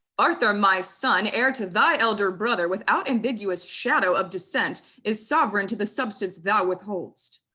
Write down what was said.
arthur my son, heir to thy elder brother, without ambiguous shadow of descent, is sovereign to the substance thou withhold'st.